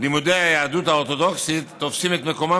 לימודי היהדות האורתודוקסית תופסים את מקומם